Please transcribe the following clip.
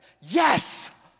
yes